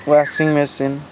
washing machine